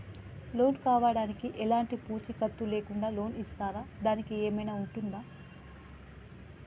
Loan కావడానికి ఎలాంటి పూచీకత్తు లేకుండా లోన్ ఇస్తారా దానికి ఏమైనా ఉంటుందా?